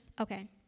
Okay